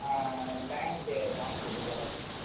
bank pass book xerox